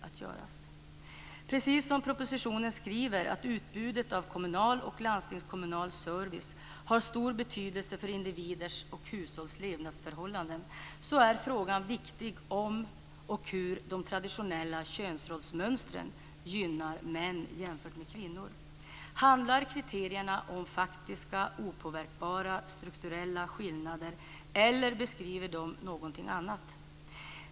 Precis som framhålls i propositionen har utbudet av kommunal och landstingskommunal service stor betydelse för individers och hushålls levnadsförhållanden, och frågan hur de traditionella könsrollsmönstren gynnar män jämfört med kvinnor är viktig. Handlar kriterierna om faktiska opåverkbara strukturella skillnader, eller beskriver de någonting annat?